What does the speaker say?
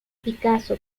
picasso